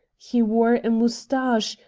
he wore a mustache,